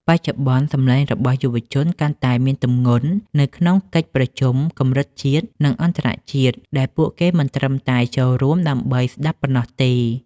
បច្ចុប្បន្ន សំឡេងរបស់យុវជនកាន់តែមានទម្ងន់នៅក្នុងកិច្ចប្រជុំកម្រិតជាតិ និងអន្តរជាតិ ដែលពួកគេមិនត្រឹមតែចូលរួមដើម្បីស្ដាប់ប៉ុណ្ណោះទេ។